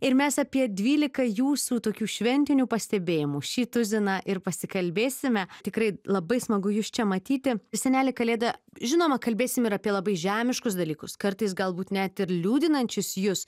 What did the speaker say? ir mes apie dvylika jūsų tokių šventinių pastebėjimų šį tuziną ir pasikalbėsime tikrai labai smagu jus čia matyti seneli kalėda žinoma kalbėsim ir apie labai žemiškus dalykus kartais galbūt net ir liūdinančius jus